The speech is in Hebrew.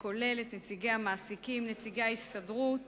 שכולל את נציגי המעסיקים, נציגי הסתדרות